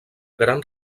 gran